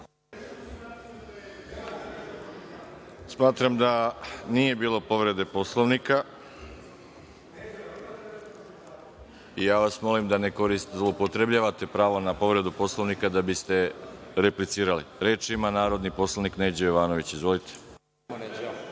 Smatram da nije bilo povrede Poslovnika. Molim vas da ne zloupotrebljavate pravo na povredu Poslovnika da biste replicirali. Reč ima narodni poslanik Neđo Jovanović. Izvolite.